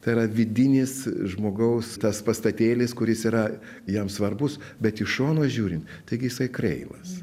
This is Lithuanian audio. tai yra vidinis žmogaus tas pastatėlis kuris yra jam svarbus bet iš šono žiūrint taigi jisai kreivas